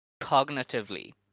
cognitively